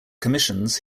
commissions